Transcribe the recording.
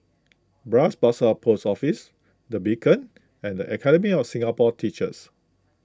Bras Basah Post Office the Beacon and the Academy of Singapore Teachers